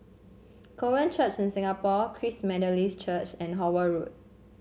Korean Church in Singapore Christ Methodist Church and Howard Road